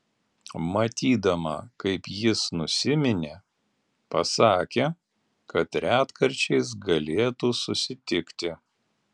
matydama kaip jis nusiminė pasakė kad retkarčiais galėtų susitikti